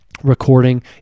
recording